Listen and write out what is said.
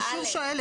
אני שוב שואלת,